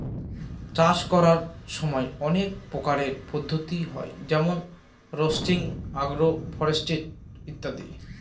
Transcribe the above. চাষ করার সময় অনেক প্রকারের পদ্ধতি হয় যেমন রোটেটিং, আগ্র ফরেস্ট্রি ইত্যাদি